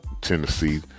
Tennessee